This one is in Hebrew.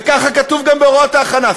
וככה כתוב גם בהוראות ההכנה.